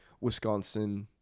Wisconsin